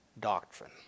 doctrine